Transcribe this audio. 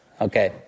okay